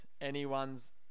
Anyone's